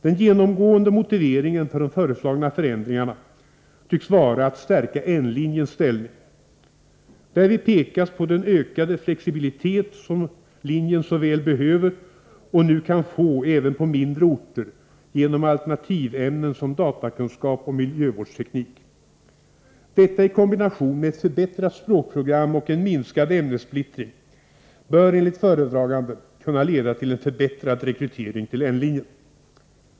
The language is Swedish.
Den genomgående motiveringen för de föreslagna förändringarna tycks vara att stärka N-linjens ställning. Därvid pekas på den ökade flexibilitet som linjen så väl behöver och nu kan få även på mindre orter, genom alternativämnen som datakunskap och miljövårdsteknik. Detta i kombination med ett förbättrat språkprogram och en minskad ämnessplittring bör enligt föredraganden kunna leda till en förbättrad rekrytering till N-linjen.